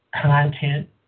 content